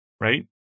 right